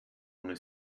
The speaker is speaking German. ohne